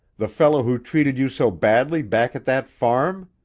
the fellow who treated you so badly back at that farm?